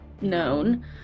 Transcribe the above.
known